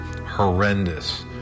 horrendous